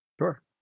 Sure